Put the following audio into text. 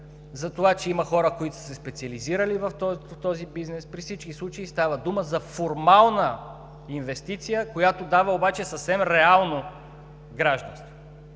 затова че има хора, които са се специализирали по този бизнес. При всички случаи обаче става дума за формална инвестиция, която дава съвсем реално гражданство,